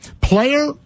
player